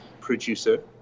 producer